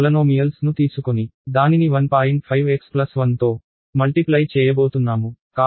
5 x1తో మల్టిప్లై చేయబోతున్నాము